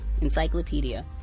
Encyclopedia